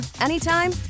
anytime